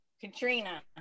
Katrina